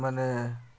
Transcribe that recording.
ମାନେ